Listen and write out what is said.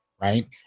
right